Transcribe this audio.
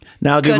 Now